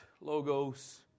logos